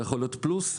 זה יכול להיות פלוס,